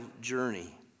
journey